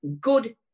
good